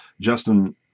Justin